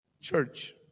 Church